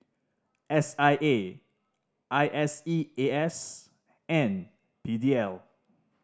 S I A I S E A S and P D L